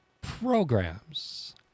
programs